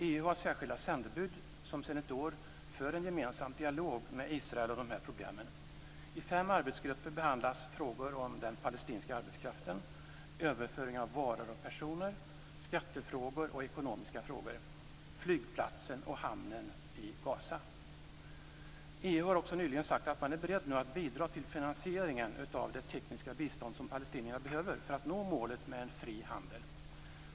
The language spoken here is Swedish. EU har särskilda sändebud som sedan ett år för en gemensam dialog med Israel om dessa problem. I fem arbetsgrupper behandlas frågor om den palestinska arbetskraften, överföring av varor och personer, skattefrågor och ekonomiska frågor, flygplatsen och hamnen i Gaza. EU har också nyligen sagt att man är beredd att bidra till finansieringen av det tekniska bistånd som palestinierna behöver för att nå målet med en fri handel.